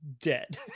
dead